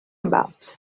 about